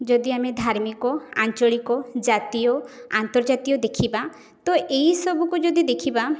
ଯଦି ଆମେ ଧାର୍ମିକ ଆଞ୍ଚଳିକ ଜାତୀୟ ଆନ୍ତର୍ଜାତୀୟ ଦେଖିବା ତ ଏହି ସବୁକୁ ଯଦି ଦେଖିବା